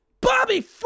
Bobby